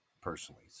personally